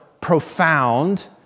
profound